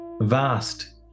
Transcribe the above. vast